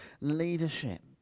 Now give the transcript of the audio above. leadership